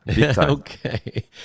Okay